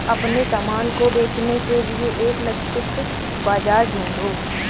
अपने सामान को बेचने के लिए एक लक्षित बाजार ढूंढो